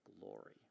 glory